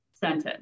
sentence